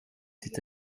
est